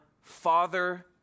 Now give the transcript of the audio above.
father